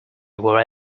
were